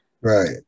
Right